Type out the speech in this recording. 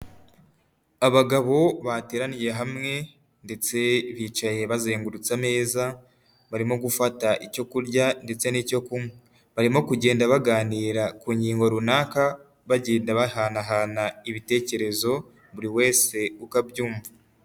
Abagabo bateraniye hamwe ndetse bicaye bazengurutse ameza barimo gufata icyo kurya ndetse n'icyo kunywa, barimo kugenda baganira ku ngingo runaka bagenda bahanahana ibitekerezo buri wese ukabyumva.